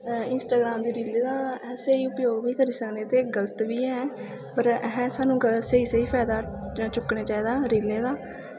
Instagram दी रीलें दा स्हेई उपयोग बी करी सकनें ते गल्त बी ऐ पर असें सानूं स्हेई स्हेई फैदा चुक्कने चाहिदा रीलें दा